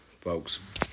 folks